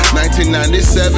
1997